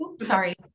sorry